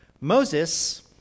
Moses